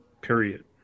Period